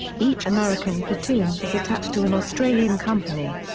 each american platoon was attached to an australian company.